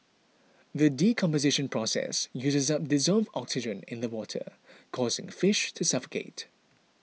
the decomposition process uses up dissolved oxygen in the water causing fish to suffocate